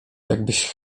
jakbyś